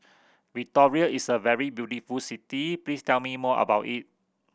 Victoria is a very beautiful city please tell me more about it